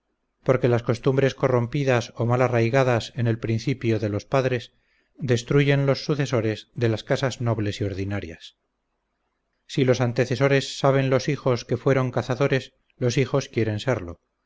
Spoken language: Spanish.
porque las costumbres corrompidas o mal arraigadas en el principio de los padres destruyen los sucesores de las casas nobles y ordinarias si los antecesores saben los hijos que fueron cazadores los hijos quieren serlo